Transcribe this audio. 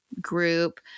group